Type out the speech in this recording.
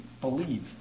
believe